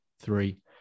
three